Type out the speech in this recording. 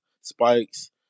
spikes